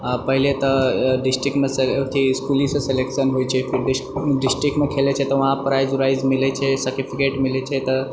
पहिले तऽ डिस्ट्रिक्टमे सँ अथी इस्कूलीसे सिलेक्शन होय छै डिस्ट्रिक्टमऽ खेलैत छै तऽ वहां प्राइज उराइज मिलैत छै सर्टिफिकेट मिलैत छै तऽ